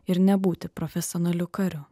ir nebūti profesionaliu kariu